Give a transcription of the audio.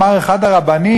אמר אחד הרבנים,